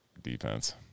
defense